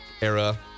era